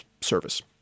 service